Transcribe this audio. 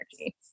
energy